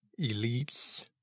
elites